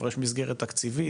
כבר יש מסגרת תקציבית,